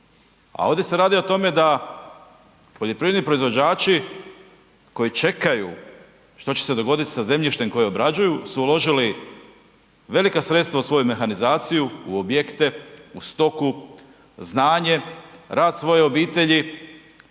A ovdje se radi o tome da poljoprivredni proizvođači koji čekaju što će se dogoditi sa zemljištem koje obrađuju su uložili velika sredstva u svoju mehanizaciju, u objekte, u stoku, znanje, rad svoje obitelji,